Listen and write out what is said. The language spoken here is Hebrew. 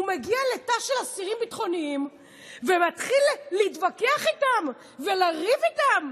הוא מגיע לתא של אסירים ביטחוניים ומתחיל להתווכח איתם ולריב איתם.